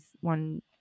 one